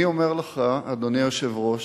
אני אומר לך, אדוני היושב-ראש,